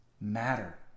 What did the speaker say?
matter